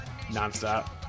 nonstop